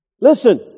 listen